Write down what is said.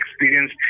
experience